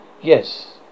Yes